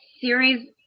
series